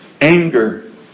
anger